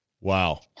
wow